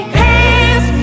hands